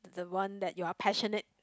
the one that you're passionate